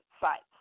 sites